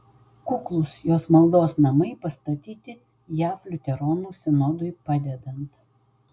kuklūs jos maldos namai pastatyti jav liuteronų sinodui padedant